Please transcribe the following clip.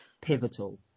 Pivotal